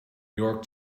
york